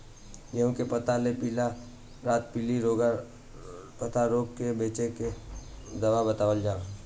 गेहूँ के पता मे पिला रातपिला पतारोग से बचें के दवा बतावल जाव?